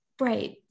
Right